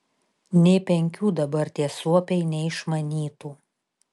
nė penkių dabar tie suopiai neišmanytų